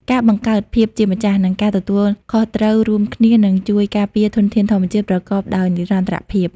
ការបង្កើតភាពជាម្ចាស់ និងការទទួលខុសត្រូវរួមគ្នានឹងជួយការពារធនធានធម្មជាតិប្រកបដោយនិរន្តរភាព។